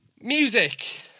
Music